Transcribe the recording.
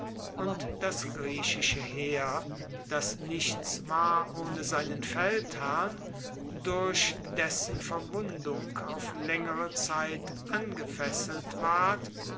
und das griechische heer das nichts war ohne seinen feldherrn durch dessen verwundung auf laengere zeit angefesselt ward